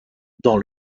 dans